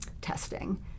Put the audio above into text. testing